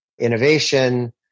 innovation